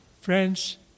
Friends